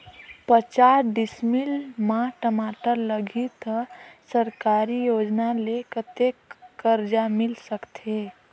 पचास डिसमिल मा टमाटर लगही त सरकारी योजना ले कतेक कर्जा मिल सकथे?